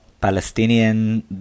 Palestinian